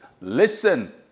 Listen